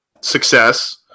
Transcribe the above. success